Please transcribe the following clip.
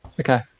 Okay